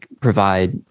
provide